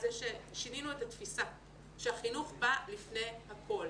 זה ששינינו את התפיסה שהחינוך בא לפני הכול.